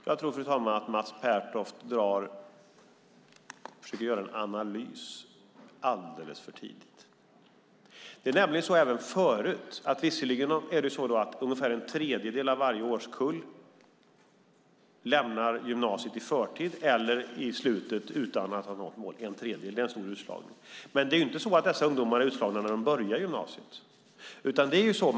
Fru talman! Jag tror att Mats Pertoft försöker att göra en analys alldeles för tidigt. Visserligen lämnar ungefär en tredjedel av varje årskull gymnasieskolan i förtid eller i slutet utan att ha nått målet. Det är en stor utslagning. Men det är inte så att dessa ungdomar är utslagna när de börjar gymnasiet.